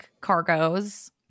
Cargo's